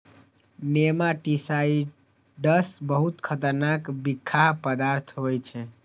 nematicides बहुत खतरनाक बिखाह पदार्थ होइ छै